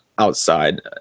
outside